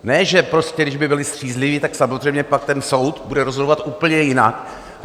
Ne že prostě kdyby byli střízliví, tak samozřejmě pak soud bude rozhodovat úplně jinak.